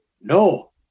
no